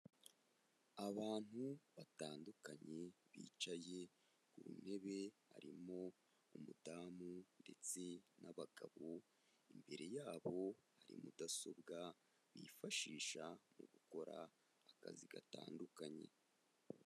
Abantu batandukanye bicaye ku ntebe, harimo umudamu ndetse n'abagabo. Imbere yabo hari mudasobwa bifashisha mu gukora akazi gatandukanye.